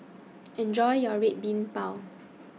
Enjoy your Red Bean Bao